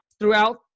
throughout